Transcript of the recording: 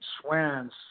Swans